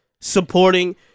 supporting